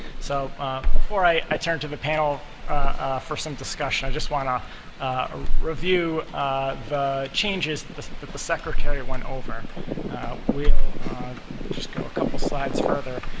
so before i i turn to the panel for some discussion, i just want to ah review the changes that the secretary went over. we will just go a couple of slides further.